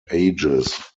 ages